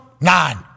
Nine